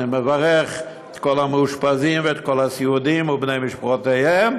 אני מברך את כל המאושפזים ואת כל הסיעודיים ובני משפחותיהם,